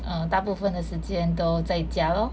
uh 大部分的时间都在家 lor